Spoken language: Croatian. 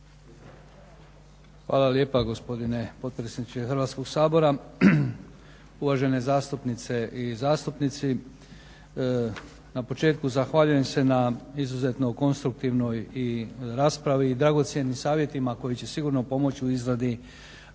Hvala lijepa gospodine potpredsjedniče Hrvatskog sabora, uvažene zastupnice i zastupnici. Na početku zahvaljujem se na izuzetno konstruktivnoj raspravi i dragocjenim savjetima koji će sigurno pomoći u izradi pravilnika